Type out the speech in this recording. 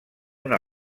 una